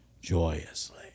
joyously